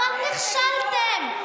איזה גיבור, איזה גיבור, אבל נכשלתם.